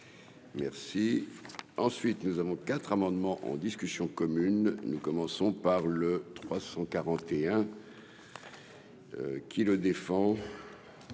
Merci, ensuite nous avons quatre amendements en discussion commune nous commençons par le 341. Qui le défend,